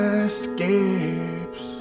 escapes